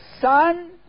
son